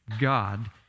God